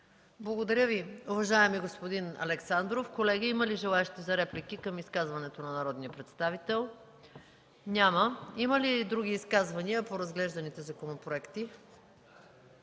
Благодаря Ви, уважаеми господин Александров. Колеги, има ли желаещи за реплики към изказването на народния представител? Няма. Има ли други изказвания по разглежданите законопроекти?